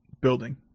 building